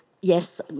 yes